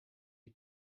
you